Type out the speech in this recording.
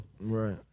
right